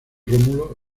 rómulo